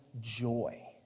joy